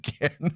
again